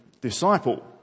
disciple